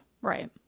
Right